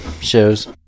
shows